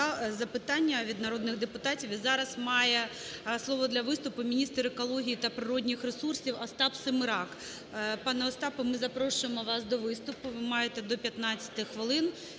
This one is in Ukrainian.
запитання від народних депутатів. І зараз має слово для виступу міністр екології та природних ресурсів Остап Семерак. Пане Остапе, ми запрошуємо вас до виступу, ви маєте до 15 хвилин.